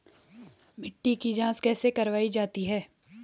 मिट्टी की जाँच कैसे करवायी जाती है?